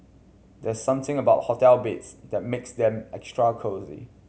there's something about hotel beds that makes them extra cosy